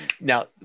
now